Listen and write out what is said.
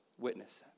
witness